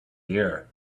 year